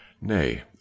nay